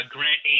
Grant